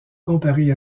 comparé